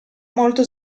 molto